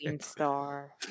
star